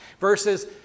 Verses